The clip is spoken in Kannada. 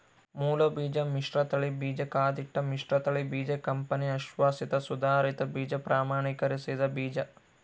ಮೂಲಬೀಜ ಮಿಶ್ರತಳಿ ಬೀಜ ಕಾಯ್ದಿಟ್ಟ ಮಿಶ್ರತಳಿ ಬೀಜ ಕಂಪನಿ ಅಶ್ವಾಸಿತ ಸುಧಾರಿತ ಬೀಜ ಪ್ರಮಾಣೀಕರಿಸಿದ ಬೀಜ